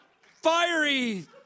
fiery